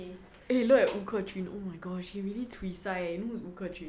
eh look like 吴克群 oh my gosh she really cui sai you know who is 吴克群